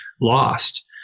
lost